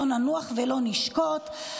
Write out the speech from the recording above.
"לא ננוח ולא נשקוט,